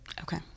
Okay